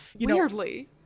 weirdly